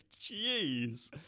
Jeez